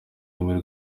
rurimi